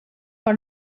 par